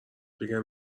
بگم